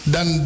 Dan